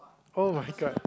oh-my-god